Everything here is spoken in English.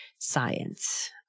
science